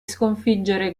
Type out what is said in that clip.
sconfiggere